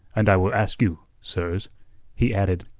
and i will ask you, sirs, he added,